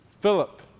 Philip